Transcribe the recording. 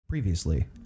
Previously